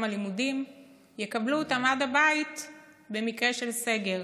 הלימודים יקבלו אותה עד הבית במקרה של סגר.